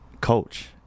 Coach